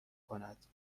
کند